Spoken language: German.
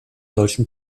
deutschen